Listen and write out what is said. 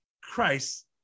Christ